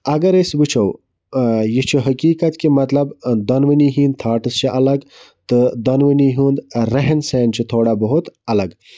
اگر أسۍ وٕچھو یہِ چھِ حقیٖقت کہِ مَطلَب دۄنوٕنی ہٕنٛد تھاٹٕس چھِ اَلَگ تہٕ دۄنوٕنی ہُنٛد رہن سہن چھُ تھوڑا بہت الگ